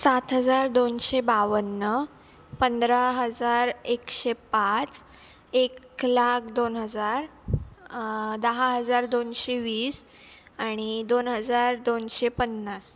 सात हजार दोनशे बावन्न पंधरा हजार एकशे पाच एक लाख दोन हजार दहा हजार दोनशे वीस आणि दोन हजार दोनशे पन्नास